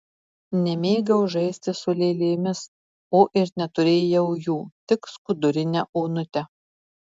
nemėgau žaisti su lėlėmis o ir neturėjau jų tik skudurinę onutę